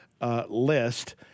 list